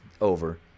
over